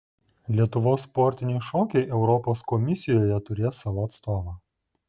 lietuvos sportiniai šokiai europos komisijoje turės savo atstovą